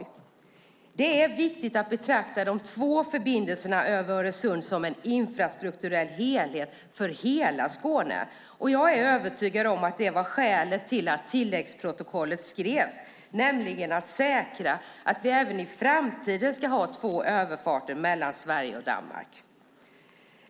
Det är viktigt att betrakta de två förbindelserna över Öresund som en infrastrukturell helhet för hela Skåne, och jag är övertygad om att skälet till att tilläggsprotokollet skrevs var att säkra att vi även i framtiden ska ha två överfarter mellan Sverige och Danmark.